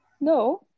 No